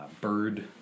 bird